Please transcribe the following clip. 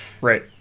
right